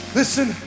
listen